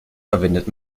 verwendet